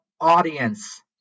audience